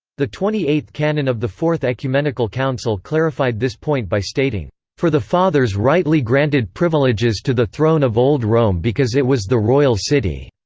the twenty eighth canon of the fourth ecumenical council clarified this point by stating for the fathers rightly granted privileges to the throne of old rome because it was the royal city.